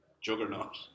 juggernaut